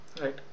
right